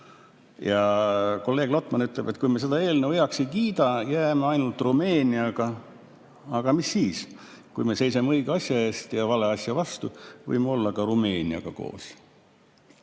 Ja kolleeg Lotman ütleb, et kui me seda eelnõu heaks ei kiida, siis jääme ainult Rumeeniaga [kõrvale]. Aga mis siis – kui me seisame õige asja eest ja vale asja vastu, võime olla ka Rumeeniaga koos.